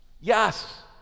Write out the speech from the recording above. Yes